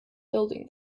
building